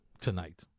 tonight